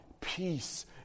peace